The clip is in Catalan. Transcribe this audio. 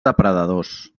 depredadors